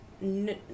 no